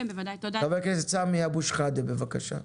חבר הכנסת סמי אבו שחאדה בבקשה.